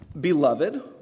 Beloved